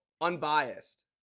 unbiased